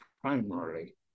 primarily